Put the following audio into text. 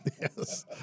Yes